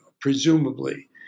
presumably